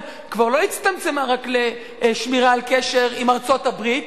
כבר לא הצטמצמה רק לשמירה על קשר עם ארצות-הברית,